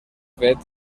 fet